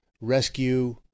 Rescue